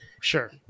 sure